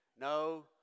No